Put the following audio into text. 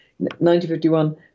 1951